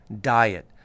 diet